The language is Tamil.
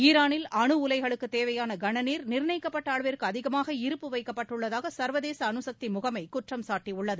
ஈரானில் அனுஉலைகளுக்குத் தேவையான கனநீர் நிர்ணயிக்கப்பட்ட அளவிற்கு அதிகமாக இருப்பு வைக்கப்பட்டுள்ளதாக சர்வதேச அணுசக்தி முகமை குற்றம் சாட்டியுள்ளது